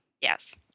Yes